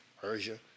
Persia